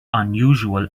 unusual